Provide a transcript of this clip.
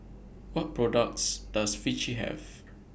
What products Does Vichy Have